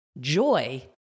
joy